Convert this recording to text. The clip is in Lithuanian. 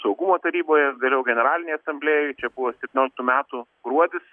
saugumo taryboje vėliau generalinėj asamblėjoj čia buvo spetynioliktų metų gruodis